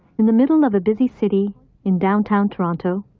in the middle of a busy city in downtown toronto,